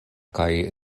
kaj